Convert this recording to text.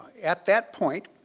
at that point,